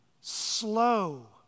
slow